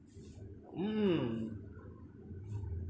mm